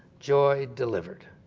joy delivered.